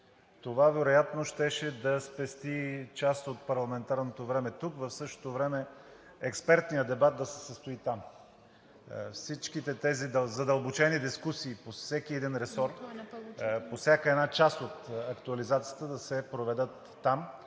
Това вероятно щеше да спести част от парламентарното време тук, а в същото време експертният дебат да се състои там. Всичките тези задълбочени дискусии по всеки един ресор, по всяка една част от актуализацията да се проведат там